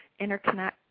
interconnect